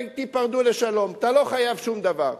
תיפרדו לשלום, אתה לא חייב שום דבר.